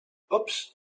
oops